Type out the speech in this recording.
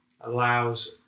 allows